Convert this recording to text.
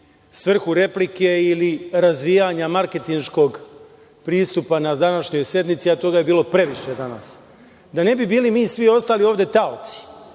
svrhu replike ili razvijanja marketinškog pristupa na današnjoj sednici, a toga je bilo previše danas. Da ne bi bili mi, svi ostali ovde taoci,